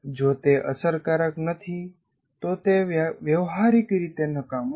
જો તે અસરકારક નથી તો તે વ્યવહારીક રીતે નકામું છે